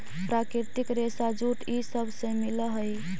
प्राकृतिक रेशा जूट इ सब से मिल हई